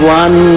one